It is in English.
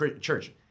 church